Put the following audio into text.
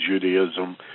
Judaism